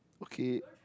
okay